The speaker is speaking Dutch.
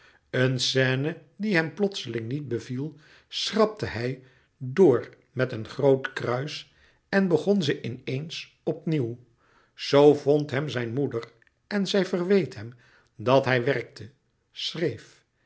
een scène die hem plotseling niet beviel schrapte hij door met een groot kruis en begon ze in eens op nieuw zoo vond hem zijn moeder en zij verweet hem dat hij werkte schreef